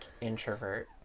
introvert